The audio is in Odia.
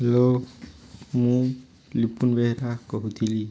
ହ୍ୟାଲୋ ମୁଁ ଲିପୁନ ବେହେରା କହୁଥିଲି